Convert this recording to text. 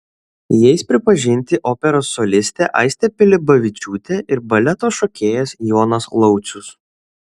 jais pripažinti operos solistė aistė pilibavičiūtė ir baleto šokėjas jonas laucius